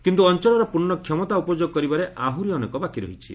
କିନ୍ତୁ ଅଞ୍ଚଳର ପୂର୍ଣ୍ଣ କ୍ଷମତା ଉପଯୋଗ କରିବାରେ ଆହୁରି ଅନେକ ବାକି ରହିଛି